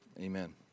amen